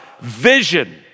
vision